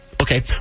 Okay